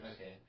Okay